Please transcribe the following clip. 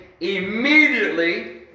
Immediately